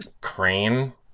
crane